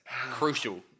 Crucial